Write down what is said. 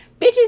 Bitches